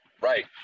Right